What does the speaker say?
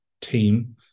team